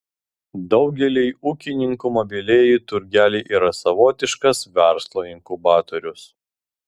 daugeliui ūkininkų mobilieji turgeliai yra savotiškas verslo inkubatorius